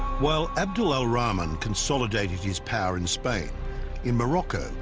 while abdul al-rahman consolidated his power in spain in morocco,